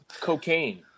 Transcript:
cocaine